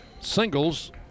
singles